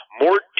more